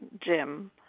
Jim